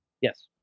Yes